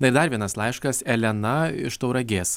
bei dar vienas laiškas elena iš tauragės